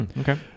okay